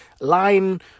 line